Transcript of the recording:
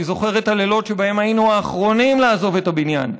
אני זוכר את הלילות שבהם היינו האחרונים לעזוב את הבניין.